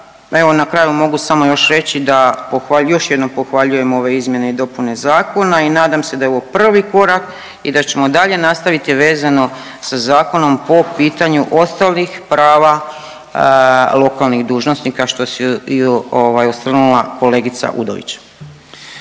na kraju mogu samo još reći da pohvalju…, još jednom pohvaljujem ove izmjene i dopune zakona i nadam se da je ovo prvi korak i da ćemo dalje nastaviti, a vezano sa zakonom po pitanju ostalih prava lokalnih dužnosnika, što se i ovaj osvrnula kolegica Udović.